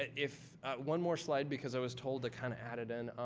if one more slide because i was told to kind of add it in.